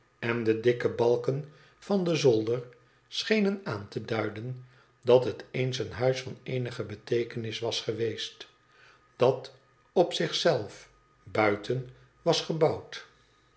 en de dikke balken van den zolder schenen aan te duiden dat het eens een huis ran eenige beteekenis was geweest dat op zich zelf buiten was gebouwd